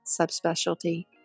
subspecialty